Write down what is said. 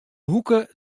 hoeke